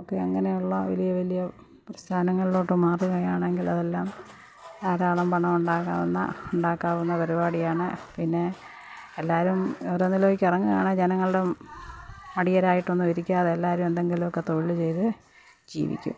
ഒക്കെ അങ്ങനെയുള്ള വലിയ വലിയ പ്രസ്ഥാനങ്ങളിലോട്ട് മാറുകയാണെങ്കിൽ അതെല്ലാം ധാരാളം പണം ഉണ്ടാക്കാവുന്ന ഉണ്ടാക്കാവുന്ന പരിപാടിയാണ് പിന്നെ എല്ലാവരും ഓരോന്നില്ലേക്ക് ഇറങ്ങുകയാണ് ജെനങ്ങളും മടിയാരായിട്ടൊന്നും ഇരിക്കാതെ എല്ലാവരും എന്തെങ്കിലൊക്കെ തൊഴില് ചെയ്ത് ജീവിക്കും